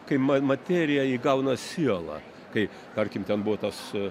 kai ma materija įgauna sielą kai tarkim ten buvo tas